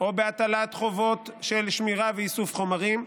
או בהטלת חובות של שמירה ואיסוף חומרים,